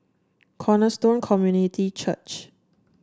Cornerstone Community Church